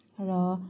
र